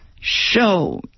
show